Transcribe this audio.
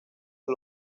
con